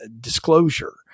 disclosure